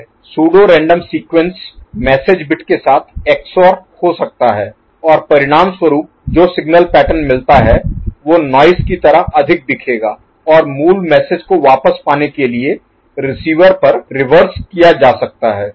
pseudo random sequences message Message संदेश bit के साथ XOR हो सकता है और परिणाम स्वरुप जो सिग्नल पैटर्न मिलता है वो नॉइज़ की तरह अधिक दिखेगा और मूल मैसेज Message संदेश को वापस पाने के लिए रिसीवर पर रिवर्स किया जा सकता है